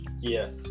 Yes